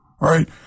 right